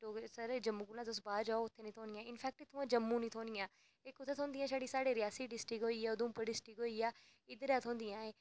डोगरे साढ़े जम्मू कोला तुस बाह्र जाओ उत्थै निं थ्होनियां इनफैक्ट जम्मू निं थ्होनियां एह् कुत्थै थ्होनियां जि'यां साढ़े रियासी डिस्ट्रिक होई गेआ उधमपुर डिस्ट्रिक होई गेआ इद्धर ऐ थ्होंदियां एह्